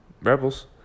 Rebels